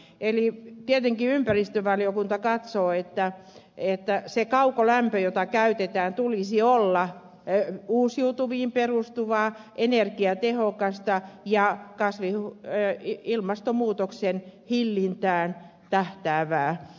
eli tietenkin ympäristövaliokunta katsoo että kaukolämmön jota käytetään tulisi olla uusiutuviin perustuvaa energiatehokasta ja ilmastonmuutoksen hillintään tähtäävää